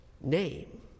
name